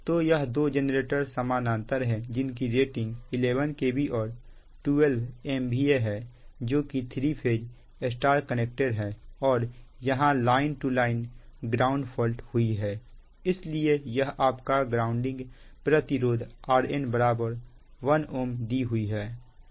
तो यह दो जेनरेटर समानांतर हैं जिनकी रेटिंग 11 kV और 12 MVA है जो थ्री फेज Y कनेक्टेड हैं और यहां line to line ground fault हुई है इसलिए यह आपका ग्राउंडिंग प्रतिरोध Rn 1Ω दी हुई है